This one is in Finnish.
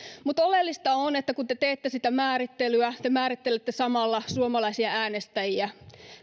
mutta oleellista on että kun te teette sitä määrittelyä te määrittelette samalla suomalaisia äänestäjiä